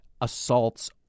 assaults